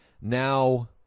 now